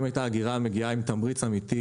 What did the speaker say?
אם האגירה הייתה מגיעה עם תמריץ אמיתי,